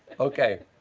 okay,